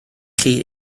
chi